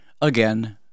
Again